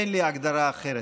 אין לי הגדרה אחרת.